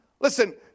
Listen